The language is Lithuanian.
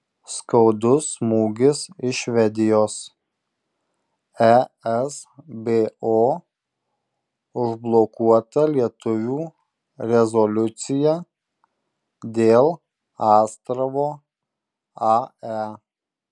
skaudus smūgis iš švedijos esbo užblokuota lietuvių rezoliucija dėl astravo ae